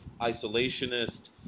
isolationist